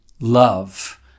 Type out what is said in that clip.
Love